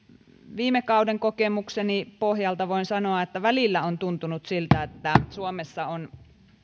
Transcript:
viime kauden kokemukseni pohjalta voin sanoa että välillä on tuntunut siltä että suomessa on